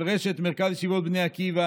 של רשת מרכז ישיבות בני עקיבא,